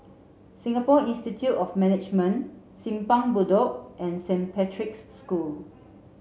Singapore Institute of Management Simpang Bedok and Saint Patrick's School